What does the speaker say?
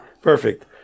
Perfect